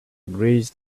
agrees